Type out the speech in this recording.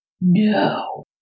no